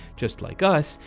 just like us,